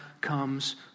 comes